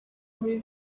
muri